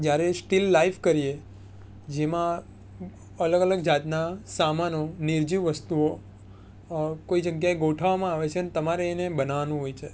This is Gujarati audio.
જ્યારે સ્ટીલ લાઈફ કરીએ જેમાં અલગ અલગ જાતના સામાનો નિર્જીવ વસ્તુઓ કોઈ જગ્યાએ ગોઠવવામાં આવે છે અને તમારે એને બનાવવાનું હોય છે